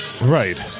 Right